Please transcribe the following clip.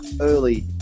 early